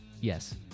Yes